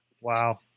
Wow